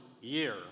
year